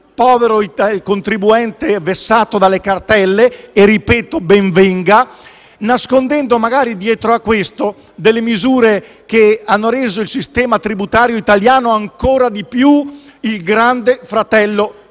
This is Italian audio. povero contribuente vessato dalle cartelle - ripeto: ben venga - nascondendo magari dietro a questo delle misure che hanno reso il sistema tributario italiano ancora di più il Grande Fratello fiscale,